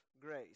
grace